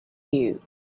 you